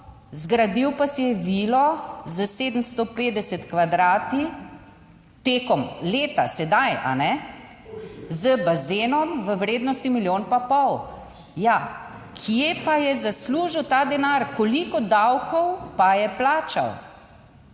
zgradil pa si je vilo s 750 kvadrati tekom leta sedaj, z bazenom v vrednosti milijon pa pol. Ja, kje pa je zaslužil ta denar? Koliko davkov pa je plačal?